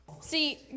See